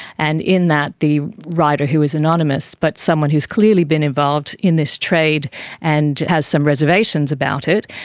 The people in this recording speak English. and in that the writer, who was anonymous, but someone who has clearly been involved in this trade and has some reservations about it,